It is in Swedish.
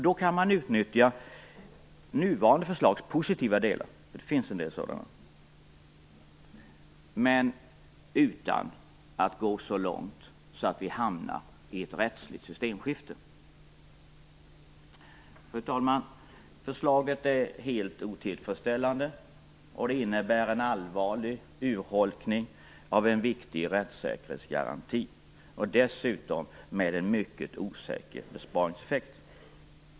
Då skulle nuvarande förslags positiva delar - för det finns en del sådana - kunna utnyttjas, men vi behöver inte gå så långt att vi hamnar i ett rättsligt systemskifte. Fru talman! Förslaget är helt otillfredsställande, och det innebär en allvarlig urholkning av en viktig rättssäkerhetsgaranti. Dessutom är besparingseffekten mycket osäker.